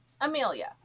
Amelia